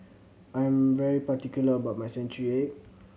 I am very particular about my century egg